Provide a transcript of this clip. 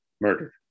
murdered